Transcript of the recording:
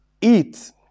eat